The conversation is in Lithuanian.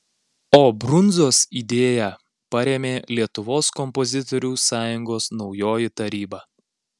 o brundzos idėją parėmė lietuvos kompozitorių sąjungos naujoji taryba